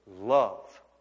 love